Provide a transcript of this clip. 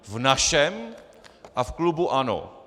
V našem a v klubu ANO.